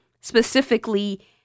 specifically